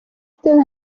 still